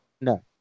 no